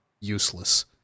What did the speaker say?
useless